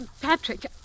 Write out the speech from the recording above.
Patrick